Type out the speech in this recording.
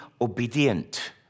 obedient